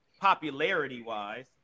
popularity-wise